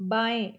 बाएँ